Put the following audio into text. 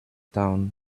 town